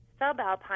subalpine